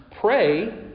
pray